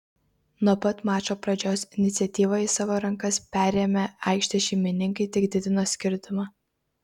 nuo pat mačo pradžios iniciatyvą į savo rankas perėmę aikštės šeimininkai tik didino skirtumą